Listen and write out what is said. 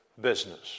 business